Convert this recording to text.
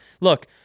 Look